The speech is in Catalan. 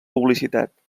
publicitat